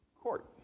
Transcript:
court